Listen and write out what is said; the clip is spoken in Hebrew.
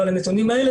אבל הנתונים האלה,